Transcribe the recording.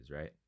right